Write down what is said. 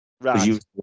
Right